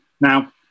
Now